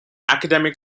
academic